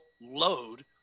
load